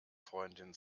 freundin